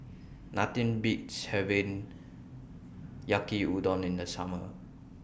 Nothing Beats having Yaki Udon in The Summer